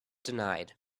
denied